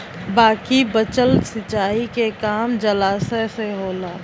बाकी बचल सिंचाई के काम जलाशय से होला